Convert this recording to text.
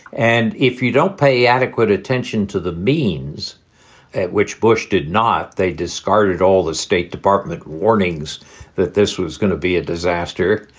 and if you don't pay adequate attention to the means at which bush did not, they discarded all the state department warnings that this was going to be a disaster.